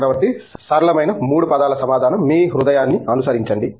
చక్రవర్తి సరళమైన 3 పదాల సమాధానం మీ హృదయాన్ని అనుసరించండి